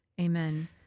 Amen